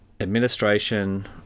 administration